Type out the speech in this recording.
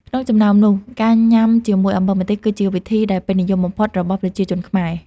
ក្នុងចំណោមនោះ ការញ៉ាំជាមួយ អំបិលម្ទេស គឺជាវិធីដែលពេញនិយមបំផុត របស់ប្រជាជនខ្មែរ។